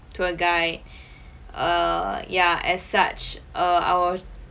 tour guide err ya as such err our